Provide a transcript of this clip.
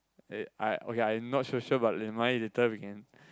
uh I okay I not sure but nevermind later we can